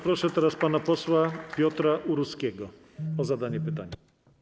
Proszę teraz pana posła Piotra Uruskiego o zadanie pytania.